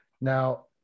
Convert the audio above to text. now